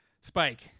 Spike